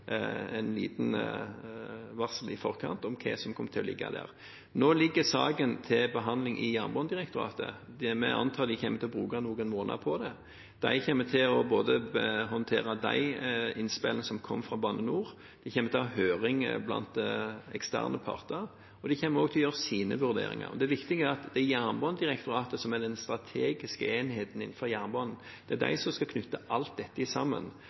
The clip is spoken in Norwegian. varsel om hva som kom til å ligge der. Nå ligger saken til behandling i Jernbanedirektoratet. Vi antar at de kommer til å bruke noen måneder på det. De kommer til å håndtere innspillene som kom fra Bane NOR. Det blir høring blant eksterne parter, og de kommer også til å gjøre sine vurderinger. Det er viktig at det er Jernbanedirektoratet som er den strategiske enheten innenfor jernbanen. Det er de som skal knytte alt dette sammen.